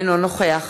אינו נוכח